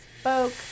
spoke